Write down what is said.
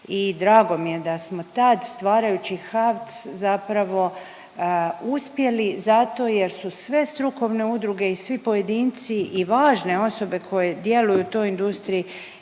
drago mi da da smo tad stvarajući HAVC zapravo uspjeli zato jer su sve strukovne udruge i svi pojedinci i važne osobe koje djeluju u toj industriji